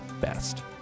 best